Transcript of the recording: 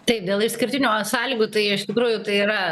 taip dėl išskirtinio sąlygų tai iš tikrųjų tai yra